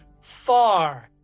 far